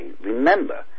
Remember